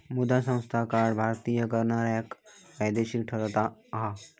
मृदा स्वास्थ्य कार्ड भारतीय करणाऱ्याक फायदेशीर ठरता हा